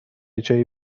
جایی